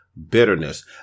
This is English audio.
Bitterness